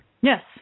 Yes